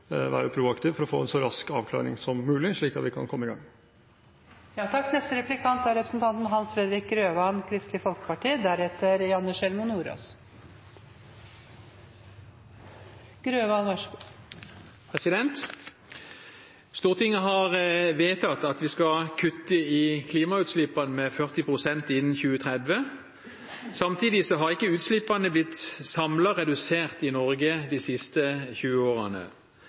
være proaktiv for å få en så rask avklaring som mulig, slik at vi kan komme i gang. Stortinget har vedtatt at vi skal kutte i klimagassutslippene med 40 pst. innen 2030. Samtidig har ikke utslippene samlet sett blitt redusert i Norge de siste 20 årene.